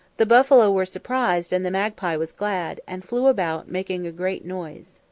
the buffalo were surprised and the magpie was glad, and flew about making a great noise.